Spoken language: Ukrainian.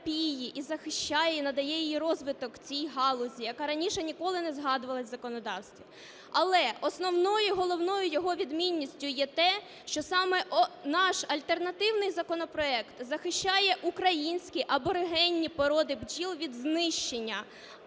і захищає, і надає їй розвиток цій галузі, яка раніше ніколи не згадувалась в законодавстві. Але основною і головною його відмінністю є те, що саме наш альтернативний законопроект захищає українські аборигенні породи бджіл від знищення.